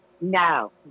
No